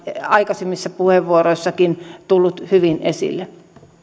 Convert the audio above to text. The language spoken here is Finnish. aikaisemmissa puheenvuoroissakin tullut hyvin esille